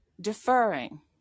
deferring